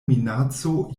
minaco